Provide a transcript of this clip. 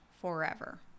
forever